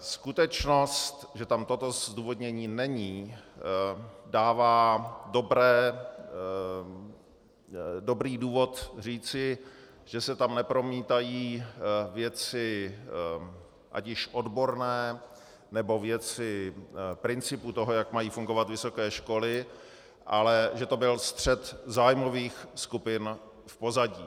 Skutečnost, že tam toto zdůvodnění není, dává dobrý důvod říci, že se tam nepromítají věci ať již odborné, nebo věci principu toho, jak mají fungovat vysoké školy, ale že to byl střet zájmových skupin v pozadí.